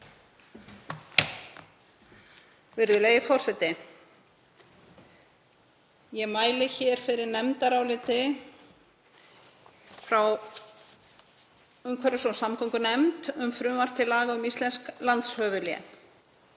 Virðulegi forseti. Ég mæli hér fyrir nefndaráliti frá umhverfis- og samgöngunefnd um frumvarp til laga um íslensk landshöfuðlén.